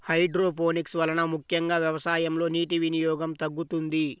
hydroponics వలన ముఖ్యంగా వ్యవసాయంలో నీటి వినియోగం తగ్గుతుంది